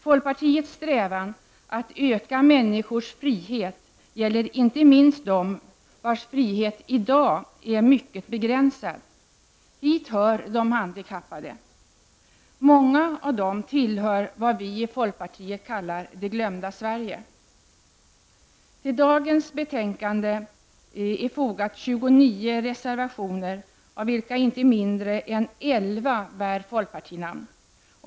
Folkpartiets strävan att öka människors frihet gäller inte minst dem vars frihet i dag är mycket begränsad. Hit hör de handikappade. Många av dem tillhör vad vi i folkpartiet kallar ''det glömda Sverige''. Till dagens betänkande är fogade 29 reservationer av vilka inte mindre än 11 bär folkpartinamn.